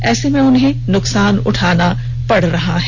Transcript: ऐसे में उन्हें काफी नुकसान उठाना पड़ रहा है